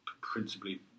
principally